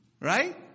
Right